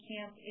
Camp